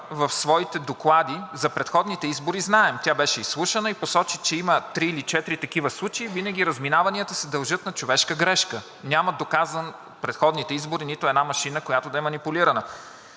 в своите доклади – за предходните избори знаем – тя беше изслушана и посочи, че има три или четири такива случая и винаги разминаванията се дължат на човешка грешка, и няма доказан случай в предходните избори за нито една машина, която да е манипулирана,